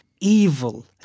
evil